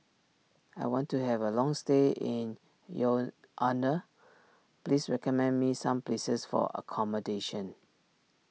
I want to have a long stay in Yaounde please recommend me some places for accommodation